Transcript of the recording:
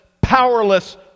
powerless